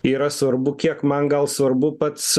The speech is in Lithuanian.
yra svarbu kiek man gal svarbu pats